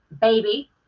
baby